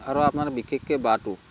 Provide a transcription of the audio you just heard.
আৰু আপোনাৰ বিশেষকৈ বাহঁটো